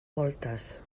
voltes